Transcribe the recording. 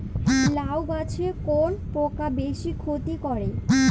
লাউ গাছে কোন পোকা বেশি ক্ষতি করে?